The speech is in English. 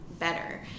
better